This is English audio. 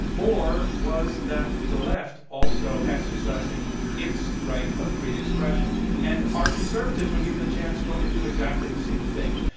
or was that the left also exercising its right of free expression? and are conservatives, when given the chance, going to do exactly the same thing?